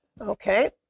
okay